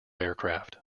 aircraft